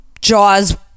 jaws